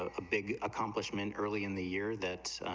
ah a big accomplishment early in the year that's,